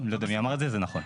אדוני אמר את זה, זה נכון.